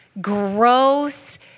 gross